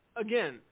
Again